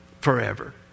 forever